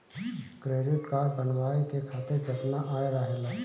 Credit card बनवाए के खातिर केतना आय रहेला?